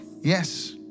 Yes